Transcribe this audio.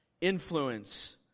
influence